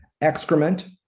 excrement